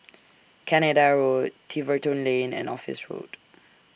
Canada Road Tiverton Lane and Office Road